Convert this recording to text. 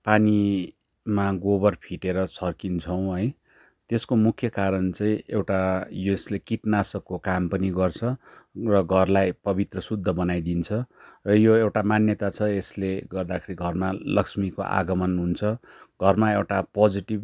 पानीमा गोबर फिटेर छर्किन्छौँ है त्यसको मुख्य कारण चाहिँ एउटा यसले किटनाशकको काम पनि गर्छ र घरलाई पवित्र शुद्ध बनाइदिन्छ र यो एउटा मान्यता छ यसले गर्दाखेरि घरमा लक्ष्मीको आगमन हुन्छ घरमा एउटा पोजिटिभ